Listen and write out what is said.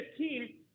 15